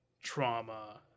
trauma